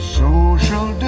social